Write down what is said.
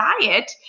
diet